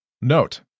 Note